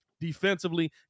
defensively